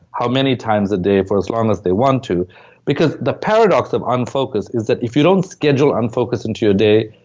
how many times a day for as long as they want to because the paradox of unfocus is that if you don't schedule unfocus into your day,